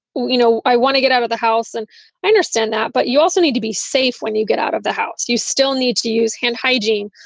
you know, i want to get out of the house and i understand that. but you also need to be safe when you get out of the house. you still need to use hand hygiene,